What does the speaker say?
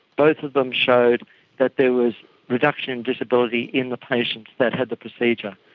both of them showed that there was reduction in disability in the patients that had the procedure.